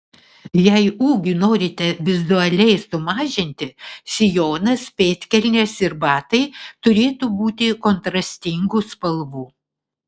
jei ūgį norite vizualiai sumažinti sijonas pėdkelnės ir batai turėtų būti kontrastingų spalvų